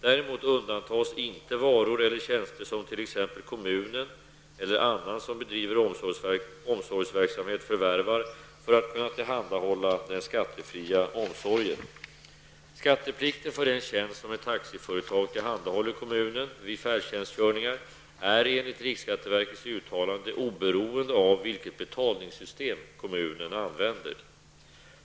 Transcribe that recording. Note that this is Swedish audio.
Däremot undantas inte varor eller tjänster som t.ex. kommunen eller annan som bedriver omsorgsverksamhet förvärvar för att kunna tillhandahålla den skattefria omsorgen. Skatteplikten för den tjänst som ett taxiföretag tillhandahåller kommunen vid färdtjänstkörningar är enligt riksskatteverkets uttalande oberoende av vilket betalningssystem kommunen använder.